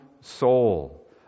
soul